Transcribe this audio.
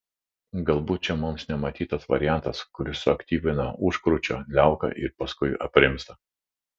galbūt čia mums nematytas variantas kuris suaktyvina užkrūčio liauką ir paskui aprimsta